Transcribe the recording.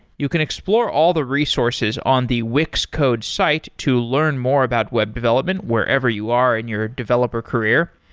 you can explore all the resources on the wix code site to learn more about web development wherever you are in your developer career.